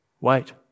Wait